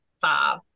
five